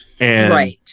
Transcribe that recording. Right